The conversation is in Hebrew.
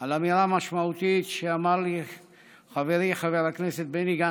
על אמירה משמעותית שאמר לי חברי חבר הכנסת בני גנץ,